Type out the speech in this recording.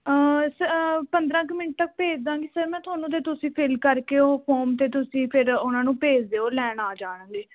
ਸ ਪੰਦਰਾਂ ਕੁ ਮਿੰਟ ਤੱਕ ਭੇਜ ਦਾਂਗੇ ਸਰ ਮੈਂ ਤੁਹਾਨੂੰ ਅਤੇ ਤੁਸੀਂ ਫਿਲ ਕਰਕੇ ਉਹ ਫੋਮ 'ਤੇ ਤੁਸੀਂ ਫਿਰ ਉਹਨਾਂ ਨੂੰ ਭੇਜ ਦਿਓ ਲੈਣ ਆ ਜਾਣਗੇ